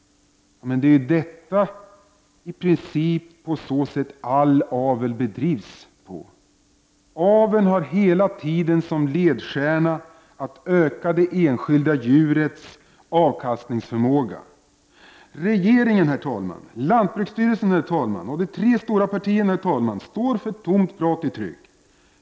Det är i princip på det sättet som all avel bedrivs. Aveln har hela tiden som ledstjärna att öka de enskilda djurens avkastningsförmåga. Herr talman! Regeringen, lantbruksstyrelsen och de tre stora partierna står för tomt prat i tryck.